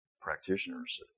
practitioners